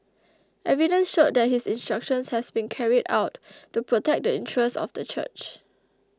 evidence showed that his instructions had been carried out to protect the interests of the church